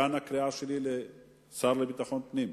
כאן הקריאה שלי לשר לביטחון פנים,